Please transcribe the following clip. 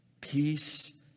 Peace